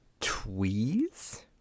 Tweeze